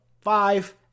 five